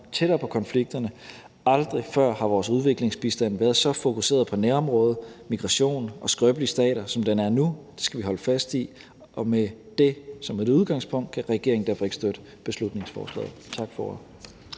tættere på konflikterne. Aldrig før har vores udviklingsbistand været så fokuseret på nærområde, migration og skrøbelige stater, som den er nu. Det skal vi holde fast i. Med det som et udgangspunkt kan regeringen ikke støtte beslutningsforslaget. Tak for